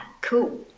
cool